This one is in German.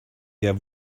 wir